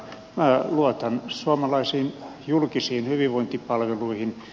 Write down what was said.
minä luotan suomalaisiin julkisiin hyvinvointipalveluihin